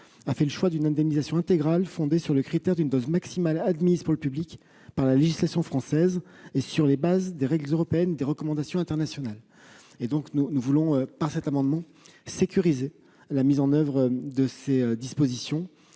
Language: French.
a fait le choix d'une indemnisation intégrale fondée sur le critère d'une dose maximale admise pour le public par la législation française et sur les bases des règles européennes et des recommandations internationales. Nous voulons, au travers de cet amendement, sécuriser la mise en oeuvre de ces dispositions